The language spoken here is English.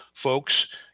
Folks